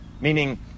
meaning